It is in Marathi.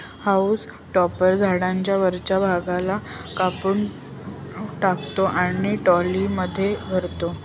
हाऊल टॉपर झाडाच्या वरच्या भागाला कापून टाकतो आणि ट्रॉलीमध्ये भरतो